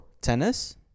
tennis